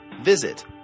Visit